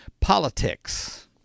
politics